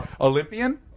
Olympian